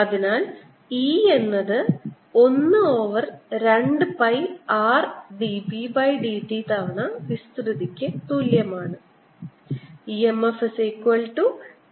അതിനാൽ E എന്നത് 1 over 2 pi r dB by dt തവണ വിസ്തൃതിക്ക് തുല്യമാണ്